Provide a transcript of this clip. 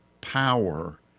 power